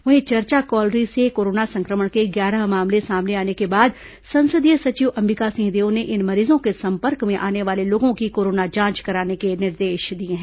वहीं चरचा कॉलरी से कोरोना संक्रमण के ग्यारह मामले सामने आने के बाद संसदीय सचिव अंबिका सिंहदेव ने इन मरीजों के संपर्क में आने वाले लोगों की कोरोना जांच कराने के निर्देश दिए हैं